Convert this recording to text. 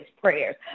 prayers